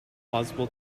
plausible